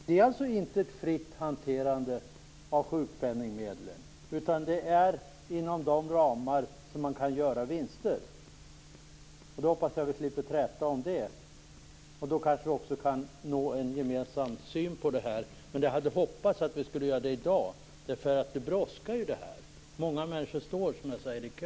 Det är alltså inte ett fritt hanterande av sjukpenningmedlen, utan det är inom de ramar som man kan göra vinster. Jag hoppas att vi slipper träta om det, och att vi kanske också kan nå en gemensam syn på det här. Men jag hade hoppats att vi hade kunnat göra det i dag. Det här brådskar ju. Många människor står som jag säger i kö.